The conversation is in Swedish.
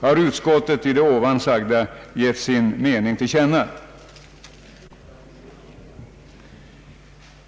har reservanterna i det nyss sagda givit sin mening till känna.